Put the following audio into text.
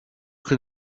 can